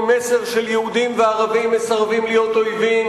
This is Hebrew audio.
עם מסר של "יהודים וערבים מסרבים להיות אויבים",